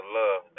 love